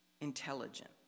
intelligent